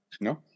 No